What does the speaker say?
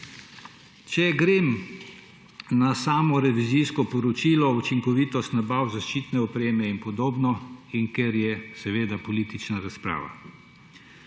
Če grem na samo revizijsko poročilo, učinkovitost nabav zaščitne opreme in podobno, ker je seveda politična razprava.